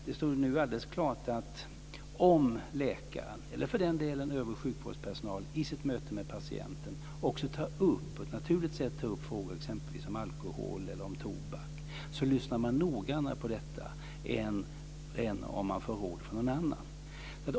Det står nu alldeles klart att om läkaren, eller för den delen övrig sjukvårdspersonal, i sitt möte med patienten också på ett naturligt sätt tar upp frågor om exempelvis alkohol eller tobak så lyssnar människor noggrannare på detta än om de får råd från någon annan.